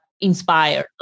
inspired